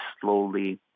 slowly